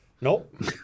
Nope